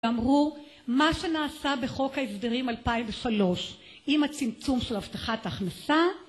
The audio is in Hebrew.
אמרו מה שנעשה בחוק ההסדרים 2003, עם הצמצום של הבטחת הכנסה